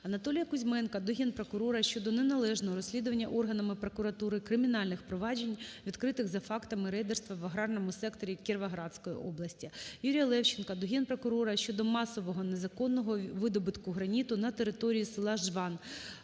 Анатолія Кузьменка до Генпрокурора щодо неналежного розслідування органами прокуратури кримінальних проваджень, відкритих за фактами рейдерства в аграрному секторі Кіровоградської області. Юрія Левченка до Генпрокурора щодо масового незаконного видобутку граніту на території села Жван